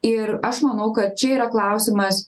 ir aš manau kad čia yra klausimas